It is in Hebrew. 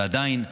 ועדיין,